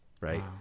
right